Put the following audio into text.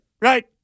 Right